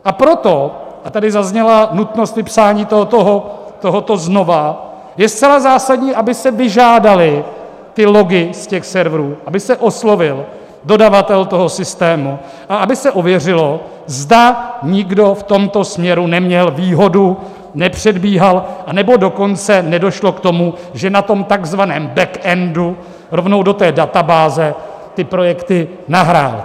A proto, a tady zazněla nutnost vypsání tohoto znova, je zcela zásadní, aby se vyžádaly ty logy z těch serverů, aby se oslovil dodavatel toho systému a aby se ověřilo, zda nikdo v tomto směru neměl výhodu, nepředbíhal, anebo dokonce nedošlo k tomu, že na tom tzv. backendu rovnou do té databáze ty projekty nahrál.